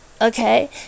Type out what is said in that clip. okay